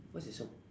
what's that sound